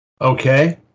Okay